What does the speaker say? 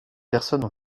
personnes